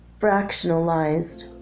fractionalized